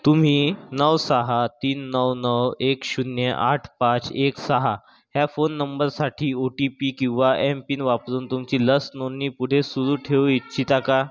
तुम्ही नऊ सहा तीन नऊ नऊ एक शून्य आठ पाच एक सहा ह्या फोन नंबरसाठी ओ टी पी किंवा एमपिन वापरून तुमची लस नोंदणी पुढे सुरू ठेवू इच्छिता का